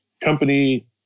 company